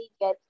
get